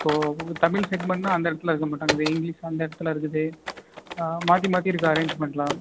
இப்போ தமிழ் செக்மென்ட்னா அந்த இடத்துல இருக்க மாட்டேங்குது இங்கிலீஷ் அந்த இடத்துல இருக்குது மாற்றி மாற்றி இருக்கு அரேஞ்மெண்ட்லாம்